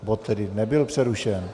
Bod tedy nebyl přerušen.